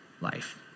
life